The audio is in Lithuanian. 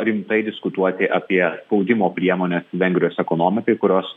rimtai diskutuoti apie baudimo priemonę vengrijos ekonomikai kurios